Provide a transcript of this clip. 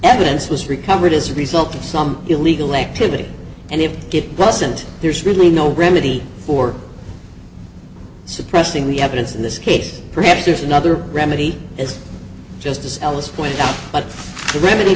evidence was recovered as a result of some illegal activity and if it doesn't there's really no remedy for suppressing the evidence in this perhaps there is another remedy as justice ellis pointed out but the remedy